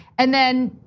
and then,